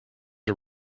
are